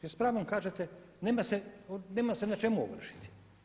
Pa s pravom kažete nema se na čemu ovršiti.